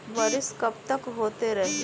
बरिस कबतक होते रही?